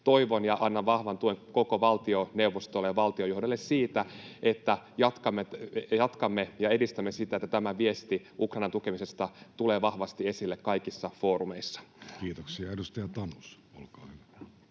Toivon sitä ja annan vahvan tuen koko valtioneuvostolle ja valtiojohdolle siihen, että jatkamme ja edistämme sitä, että tämä viesti Ukrainan tukemisesta tulee vahvasti esille kaikissa foorumeissa. Kiitoksia. — Edustaja Tanus, olkaa hyvä.